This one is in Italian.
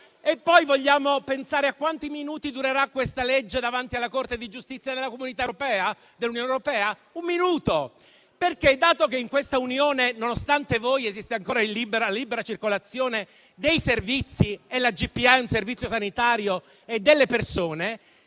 Vogliamo poi pensare a quanti minuti durerà questa legge davanti alla Corte di giustizia dell'Unione europea? Un minuto. Dato che in questa Unione, nonostante voi, esiste ancora la libera circolazione dei servizi - e la GPA è un servizio sanitario - e delle persone,